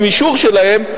עם אישור שלהם,